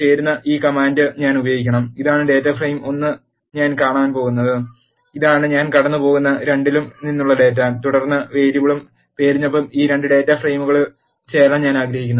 ചേരുന്ന ഈ കമാൻഡ് ഞാൻ ഉപയോഗിക്കണം ഇതാണ് ഡാറ്റാ ഫ്രെയിം 1 ഞാൻ കടന്നുപോകുന്നത് ഇതാണ് ഞാൻ കടന്നുപോകുന്ന 2 ൽ നിന്നുള്ള ഡാറ്റ തുടർന്ന് വേരിയബിൾ പേരിനൊപ്പം ഈ 2 ഡാറ്റ ഫ്രെയിമുകളിൽ ചേരാൻ ഞാൻ ആഗ്രഹിക്കുന്നു